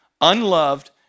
Unloved